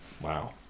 Wow